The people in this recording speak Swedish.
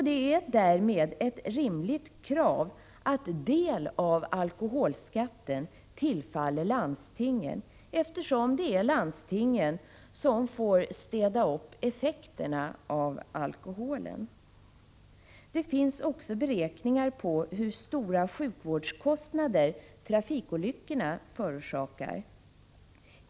Det är därmed ett rimligt krav att en del av alkoholskatten skall tillfalla landstingen, eftersom det är landstingen som får städa upp efter effekterna av alkoholen. Det finns också beräkningar på hur stora sjukvårdskostnader trafikolyckorna förorsakar.